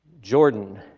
Jordan